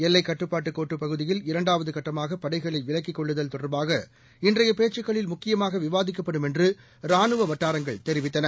எல்லைக் கட்டுப்பாட்டு கோட்டுப் பகுதியில் இரண்டாவது கட்டமாக படைகளை விலக்கிக் கொள்ளுதல் தொடர்பாக இன்றைய பேச்சுக்களில் முக்கியமாக விவாதிக்கப்படும் என்று ரானுவ வட்டாரங்கள் தெரிவித்தன